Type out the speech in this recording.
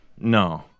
No